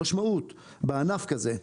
המשמעות בענף כזה,